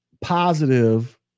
positive